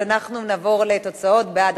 אז אנחנו נעבור לתוצאות: בעד,